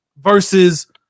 Versus